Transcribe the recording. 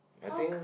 how